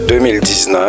2019